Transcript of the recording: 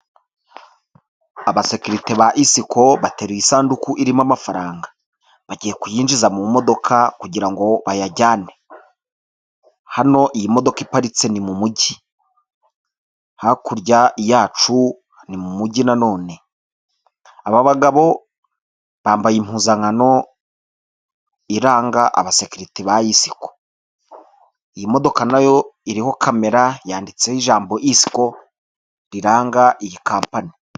Abasekirite ba ISCO bateruye isanduku irimo amafaranga, bagiye kuyinjiza mu modoka kugira ngo bayajyane, hano iyi modoka iparitse ni mu mujyi, hakurya yacu ni mu mujyi na none, aba bagabo bambaye impuzankano iranga abasekiriti ba ISCO, iyi modoka nayo iriho kamera yanditseho ijambo ISCO riranga iyi kampani.